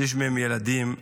שליש מהם, ילדים,